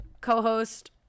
co-host